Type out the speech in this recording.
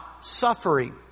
suffering